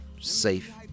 safe